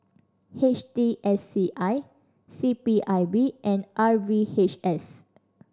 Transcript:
H T S C I C P I B and R V H S